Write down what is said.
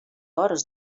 hores